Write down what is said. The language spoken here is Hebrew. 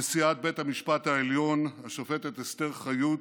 נשיאת בית המשפט העליון השופטת אסתר חיות